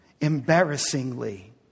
embarrassingly